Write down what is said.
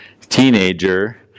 teenager